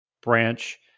branch